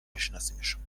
بشناسیمشون